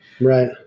right